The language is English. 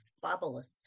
fabulous